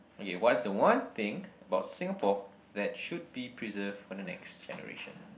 okay what's the one thing about Singapore that should be preserved for the next generation